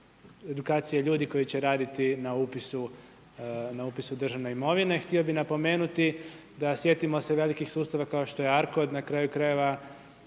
edukacije ljudi koji će raditi na upisu državne imovine. Htio bi napomenuti, da sjetimo se velikih sustava kao što je Arkod, na kraju krajeva